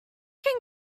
can